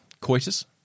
Coitus